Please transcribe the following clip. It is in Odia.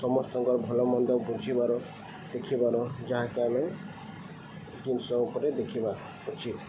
ସମସ୍ତଙ୍କର ଭଲ ମନ୍ଦ ବୁଝିବାର ଦେଖିବାର ଯାହାକି ଆମେ ଜିନିଷ ଉପରେ ଦେଖିବା ଉଚିତ୍